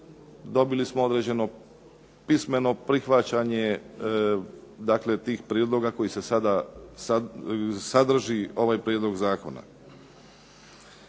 dobili smo pismeno prihvaćanje tih prijedloga koji sadrži ovaj prijedlog zakona.